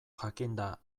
jakinda